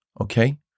Okay